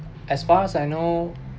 as far as I know